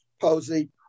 Posey